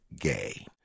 gay